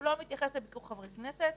הוא לא מתייחס לביקור חברי כנסת.